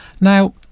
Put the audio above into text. now